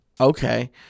Okay